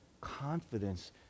confidence